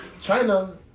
china